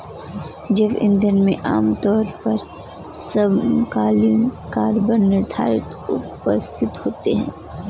जैव ईंधन में आमतौर पर समकालीन कार्बन निर्धारण उपस्थित होता है